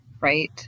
right